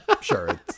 Sure